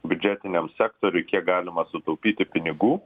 biudžetiniam sektoriui kiek galima sutaupyti pinigų